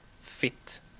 fit